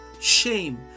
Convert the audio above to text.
shame